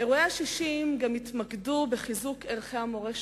אירועי ה-60 התמקדו גם בחיזוק ערכי המורשת,